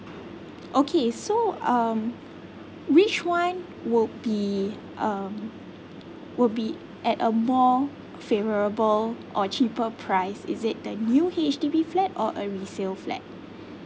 okay so um which one would be um would be at a more favourable or cheaper price is it the new H_D_B flat or a resale flat